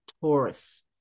Taurus